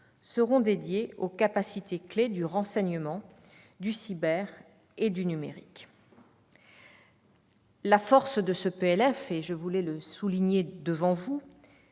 étant dédiés aux capacités clés du renseignement, du cyber et du numérique. La force de ce PLF, je voulais le souligner devant vous,